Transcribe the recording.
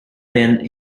been